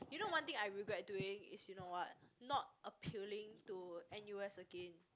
you know one thing I regret doing is you know what not appealing to n_u_s again